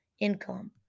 income